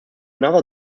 another